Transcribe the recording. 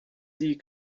sie